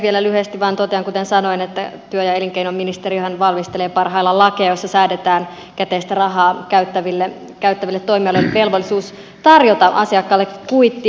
vielä lyhyesti vain totean kuten sanoin että työ ja elinkeinoministeriöhän valmistelee parhaillaan lakeja joissa säädetään käteistä rahaa käyttäville toimialoille velvollisuus tarjota asiakkaille kuittia